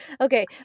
okay